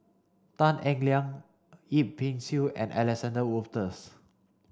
Tan Eng Liang Yip Pin Xiu and Alexander Wolters